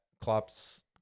Klopp's